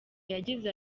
yagize